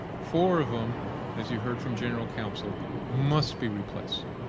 four of them as you heard from general counsel must be replaced,